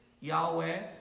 Yahweh